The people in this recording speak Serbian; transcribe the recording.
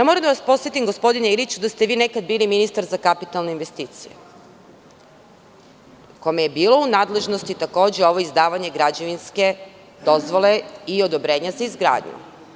Moram da vas podsetim, gospodine Iliću, da ste vi bili nekad ministar za kapitalne investicije, kome je bilo u nadležnosti takođe ovo izdavanje građevinske dozvole i odobrenja za izgradnju.